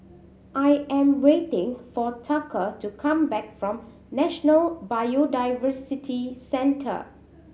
I am waiting for Tucker to come back from National Biodiversity Centre